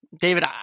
David